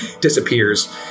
disappears